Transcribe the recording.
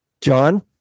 John